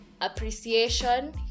appreciation